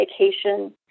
vacation